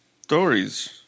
stories